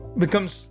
becomes